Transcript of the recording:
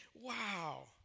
Wow